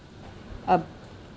a